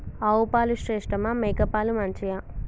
ఆవు పాలు శ్రేష్టమా మేక పాలు మంచియా?